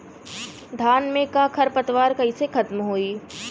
धान में क खर पतवार कईसे खत्म होई?